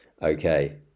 Okay